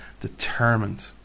determined